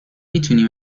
میتونی